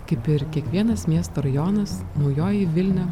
kaip ir kiekvienas miesto rajonas naujoji vilnia